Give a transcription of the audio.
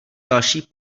další